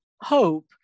hope